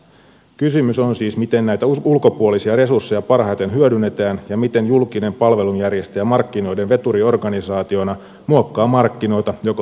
kysymys on siis siitä miten näitä ulkopuolisia resursseja parhaiten hyödynnetään ja miten julkinen palvelunjärjestäjä markkinoiden veturiorganisaationa muokkaa markkinoita joko harkitusti tai vahingossa